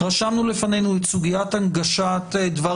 רשמנו לפנינו את סוגיית הנגשת דבר